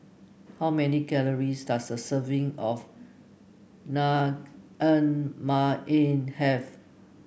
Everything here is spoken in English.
how many calories does a serving of Naengmyeon have